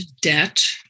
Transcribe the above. debt